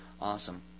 awesome